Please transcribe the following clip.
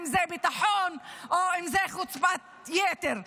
אם זה ביטחון או אם זה חוצפת יתר.